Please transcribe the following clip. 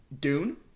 Dune